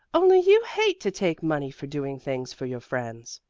only you hate to take money for doing things for your friends.